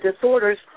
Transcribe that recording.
disorders